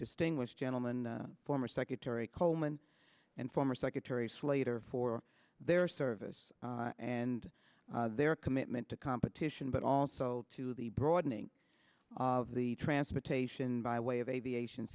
distinguished gentleman former secretary coleman and former secretary slater for their service and their commitment to competition but also to the broadening of the transportation by way of aviation